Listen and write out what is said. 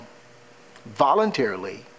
voluntarily